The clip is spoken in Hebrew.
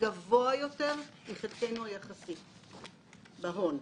שזה גבוה יותר מחלקנו היחסי בהון.